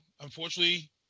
Unfortunately